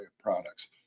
products